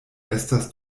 estas